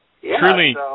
Truly